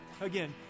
Again